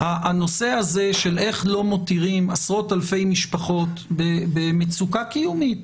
הנושא הזה של איך לא מותירים עשרות אלפי משפחות במצוקה קיומית